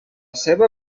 seva